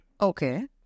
okay